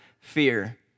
Fear